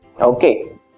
Okay